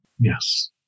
Yes